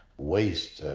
waste,